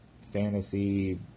fantasy